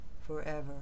forever